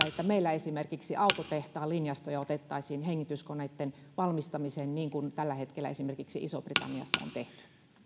että meillä esimerkiksi autotehtaan linjastoja otettaisiin käyttöön hengityskoneitten valmistamiseen niin kuin tällä hetkellä esimerkiksi isossa britanniassa on tehty